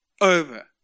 Over